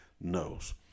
knows